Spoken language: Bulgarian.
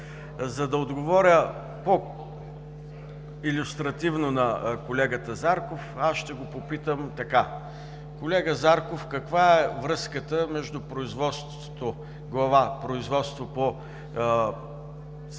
За да отговоря по-илюстративно на колегата Зарков, ще го попитам така: колега Зарков, каква е връзката между производството – Глава „Производство по